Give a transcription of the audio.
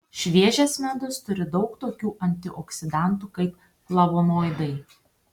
šviežias medus turi daug tokių antioksidantų kaip flavonoidai